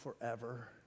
forever